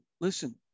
listen